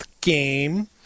game